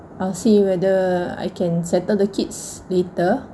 I'll see whether I can settle the kids later